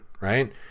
Right